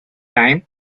time